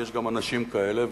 ויש גם אנשים כאלה,